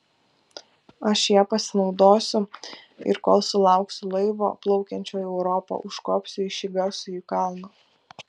aš ja pasinaudosiu ir kol sulauksiu laivo plaukiančio į europą užkopsiu į šį garsųjį kalną